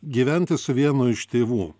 gyventi su vienu iš tėvų